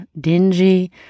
dingy